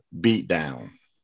beatdowns